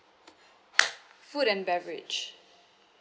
food and beverage